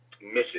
misses